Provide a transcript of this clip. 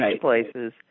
places